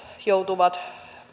joutuvat